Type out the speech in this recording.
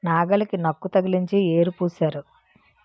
నాగలికి నక్కు తగిలించి యేరు పూశారు